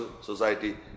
society